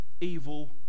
evil